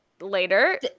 later